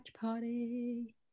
party